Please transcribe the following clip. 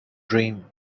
dream